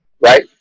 Right